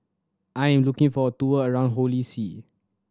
I am looking for a tour around Holy See